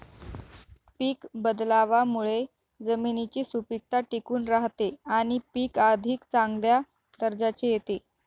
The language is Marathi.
पीक बदलावामुळे जमिनीची सुपीकता टिकून राहते आणि पीक अधिक चांगल्या दर्जाचे येते